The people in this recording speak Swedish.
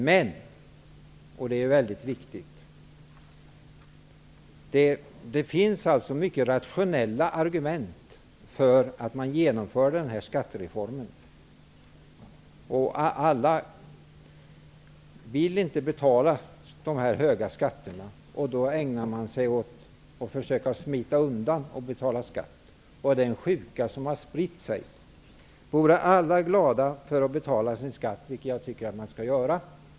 Men, och det är väldigt viktigt, det finns många rationella argument för att genomföra skattereformen. Alla vill inte betala höga skatter. Man ägnar sig då i stället åt att försöka smita undan att betala skatt. Det är den sjuka som har spritt sig. Det vore bra om alla vore glada över att betala sin skatt, vilket jag tycker att man skall göra.